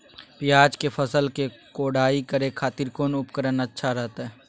प्याज के फसल के कोढ़ाई करे खातिर कौन उपकरण अच्छा रहतय?